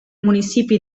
municipi